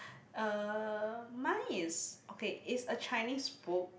uh mine is okay is a Chinese book